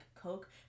Coke